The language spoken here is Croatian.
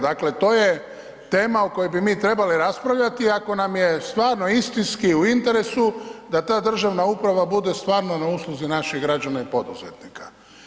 Dakle, to je tema o kojoj bi mi trebali raspravljati ako nam je stvarno istinski u interesu da ta državna uprava bude stvarno na usluzi naših građana i poduzetnika.